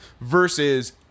versus